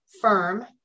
firm